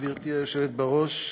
גברתי היושבת בראש,